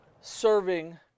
serving